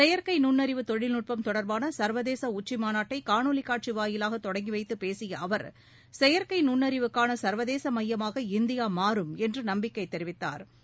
செயற்கை நுண்ணறிவு தொழில்நுட்பம் தொடர்பான சர்வதேச உச்சி மாநாட்டை காணொலி காட்சி வாயிலாக தொடங்கி வைத்துப் பேசிய அவர் செயற்கை நுண்ணறிவுக்கான சர்வதேச மையமாக இந்தியா மாறும் என்று நம்பிக்கை தெரிவித்தாா்